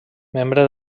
membre